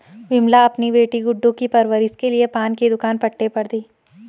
विमला अपनी बेटी गुड्डू की परवरिश के लिए पान की दुकान पट्टे पर दी